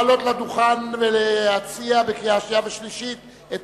לעלות לדוכן ולהציע לקריאה שנייה ולקריאה שלישית את